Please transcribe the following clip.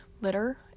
litter